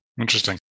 Interesting